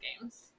games